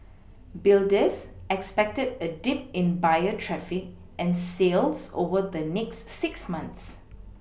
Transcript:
builders expected a dip in buyer traffic and sales over the next six months